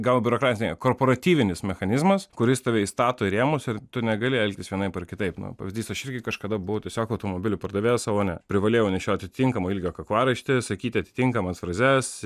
gal biurokratinė kooperatyvinis mechanizmas kuris tave įstato į rėmus ir tu negali elgtis vienaip ar kitaip nu pavyzdys aš irgi kažkada buvau tiesiog automobilių pardavėjas salone privalėjau nešioti tinkamo ilgio kaklaraištį sakyti atitinkamas frazes